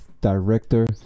director